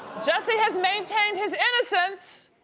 jussie has maintained his innocence.